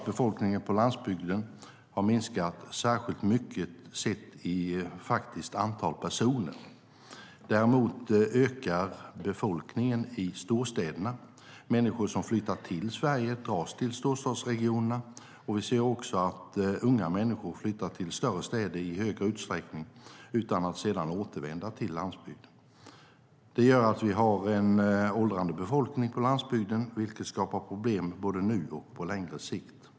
Befolkningen på landsbygden har inte minskat särskilt mycket i faktiskt antal personer. Däremot ökar befolkningen i storstäderna. Människor som flyttar till Sverige dras till storstadsregionerna, och vi ser också att unga människor flyttar till större städer i högre utsträckning utan att sedan återvända till landsbygden. Det gör att vi har en åldrande befolkning på landsbygden, vilket skapar problem både nu och på längre sikt.